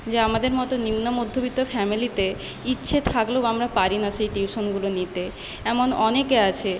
যে আমাদের মতো নিম্নমধ্যবিত্ত ফ্যামিলিতে ইচ্ছে থাকলেও আমরা পারি না সেই টিউশনগুলো নিতে এমন অনেকে আছে